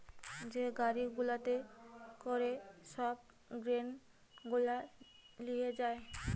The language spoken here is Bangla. যে গাড়ি গুলাতে করে সব গ্রেন গুলা লিয়ে যায়